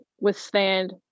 withstand